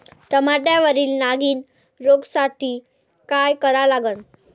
टमाट्यावरील नागीण रोगसाठी काय करा लागन?